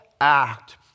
act